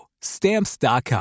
stamps.com